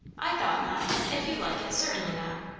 i thought not. if you like it, certainly not.